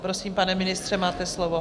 Prosím, pane ministře, máte slovo.